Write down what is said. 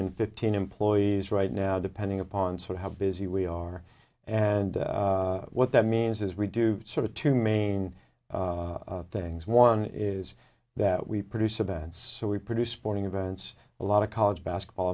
and fifteen employees right now depending upon sort of how busy we are and what that means is we do sort of two main things one is that we produce of that and so we produce sporting events a lot of college basketball